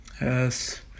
Yes